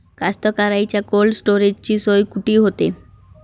कास्तकाराइच्या कोल्ड स्टोरेजची सोय कुटी होते?